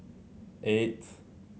eight